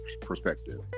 perspective